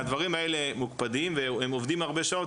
והדברים האלה מוקפדים והם עובדים הרבה שעות,